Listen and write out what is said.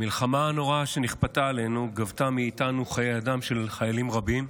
המלחמה הנוראה שנכפתה עלינו גבתה מאיתנו חיי אדם של חיילים רבים,